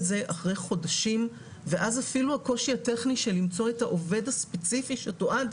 זה אחרי חודשים ואז אפילו הקושי הטכני של למצוא את העובד הספציפי שתועד,